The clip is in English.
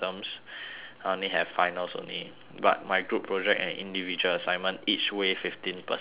I only have finals only but my group project and individual assignment each weigh fifteen percent each